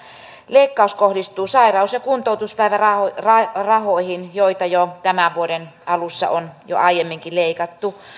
leikkaus kohdistuu sairaus ja kuntoutuspäivärahoihin joita jo tämän vuoden alussa on aiemminkin leikattu